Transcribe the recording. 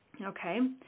okay